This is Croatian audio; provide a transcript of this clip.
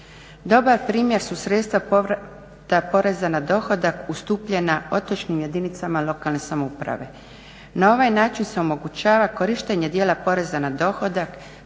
Dobar primjer su sredstva povrata poreza na dohodak ustupljena otočnim jedinicama lokalne samouprave. Na ovaj način se omogućava korištenje dijela poreza na dohodak,